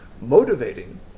motivating